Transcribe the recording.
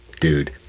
Dude